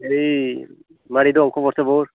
ओइ मारै दं खबर सबर